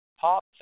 pop